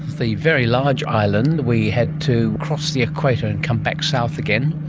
the very large island, we had to cross the equator and come back south again,